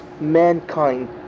mankind